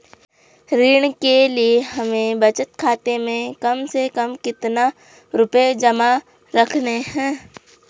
ऋण के लिए हमें बचत खाते में कम से कम कितना रुपये जमा रखने हैं?